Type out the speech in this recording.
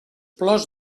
plors